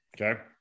Okay